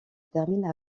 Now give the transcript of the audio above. termine